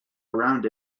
around